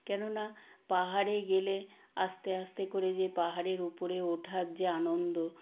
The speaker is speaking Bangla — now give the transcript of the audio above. কেননা পাহাড়ে গেলে আস্তে আস্তে করে যে পাহাড়ের উপরে ওঠার যে আনন্দ